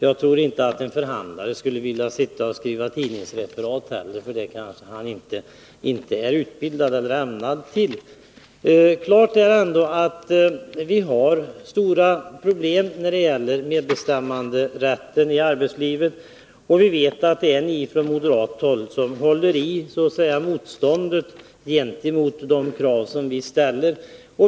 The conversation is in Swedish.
Jag tror inte att en förhandlare skulle vilja sitta och skriva tidningsreferat, för det är han inte utbildad för. Klart är ändå att vi har stora problem när det gäller medbestämmanderätten i arbetslivet. Vi vet att det är ni från moderat håll som reser motstånd mot de krav som vi ställer.